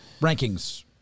rankings